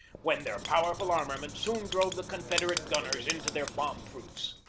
when their powerful armament soon drove the confederate gunners into their bomb-proofs.